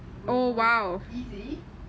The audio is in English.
oh easy